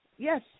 Yes